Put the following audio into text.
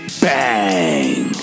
Bang